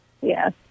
Yes